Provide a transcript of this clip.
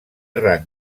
rang